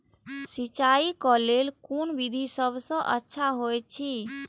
सिंचाई क लेल कोन विधि सबसँ अच्छा होयत अछि?